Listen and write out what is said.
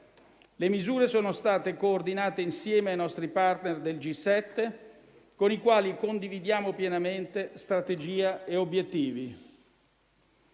Le misure sono state coordinate insieme ai nostri *partner* del G7, con i quali condividiamo pienamente strategia e obiettivi.